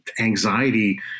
anxiety